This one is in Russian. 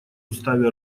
уставе